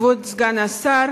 כבוד סגן השר,